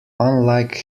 unlike